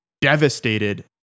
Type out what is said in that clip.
devastated